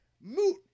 Moot